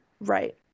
Right